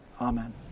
Amen